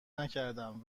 نکردم